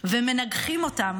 ומנגחים אותן